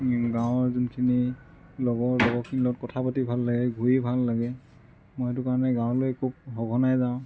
গাঁৱৰ যোনখিনি লগৰ লগৰখিনিৰ লগত কথা পাতি ভাল লাগে ঘূৰি ভাল লাগে মই সেইটো কাৰণে গাঁৱলৈ খুব সঘনাই যাওঁ